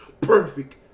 perfect